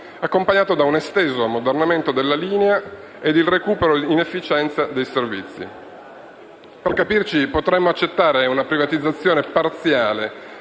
accompagnato da un esteso ammodernamento della linea e dal recupero di efficienza dei servizi. Per capirci, potremmo accettare una privatizzazione parziale